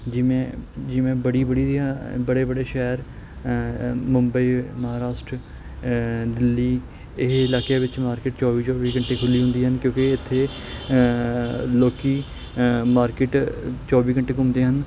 ਜਿਵੇਂ ਜਿਵੇਂ ਬੜੀ ਬੜੀ ਦੀਆਂ ਬੜੇ ਬੜੇ ਸ਼ਹਿਰ ਮੁੰਬਈ ਮਹਾਰਾਸ਼ਟਰ ਦਿੱਲੀ ਇਹ ਇਲਾਕਿਆਂ ਵਿੱਚ ਮਾਰਕੀਟ ਚੌਵੀ ਚੌਵੀ ਘੰਟੇ ਖੁੱਲ੍ਹੀ ਹੁੰਦੀ ਹਨ ਕਿਉਂਕਿ ਇੱਥੇ ਲੋਕ ਮਾਰਕੀਟ ਚੌਵੀ ਘੰਟੇ ਘੁੰਮਦੇ ਹਨ